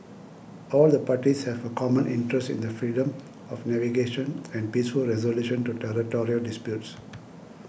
all the parties have a common interest in the freedom of navigation and peaceful resolution to territorial disputes